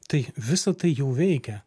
tai visa tai jau veikia